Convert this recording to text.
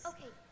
Okay